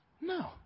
no